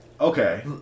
Okay